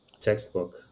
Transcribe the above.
textbook